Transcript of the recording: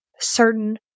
certain